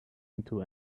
into